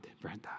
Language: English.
Brenda